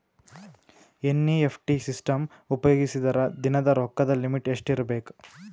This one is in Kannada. ಎನ್.ಇ.ಎಫ್.ಟಿ ಸಿಸ್ಟಮ್ ಉಪಯೋಗಿಸಿದರ ದಿನದ ರೊಕ್ಕದ ಲಿಮಿಟ್ ಎಷ್ಟ ಇರಬೇಕು?